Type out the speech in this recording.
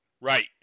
right